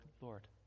Lord